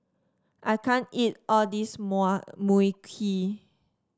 I can't eat all this Mui Kee